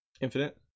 Infinite